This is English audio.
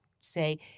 say